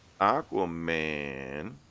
Aquaman